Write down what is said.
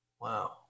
Wow